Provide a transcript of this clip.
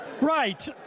Right